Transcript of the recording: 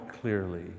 clearly